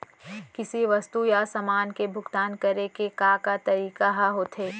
किसी वस्तु या समान के भुगतान करे के का का तरीका ह होथे?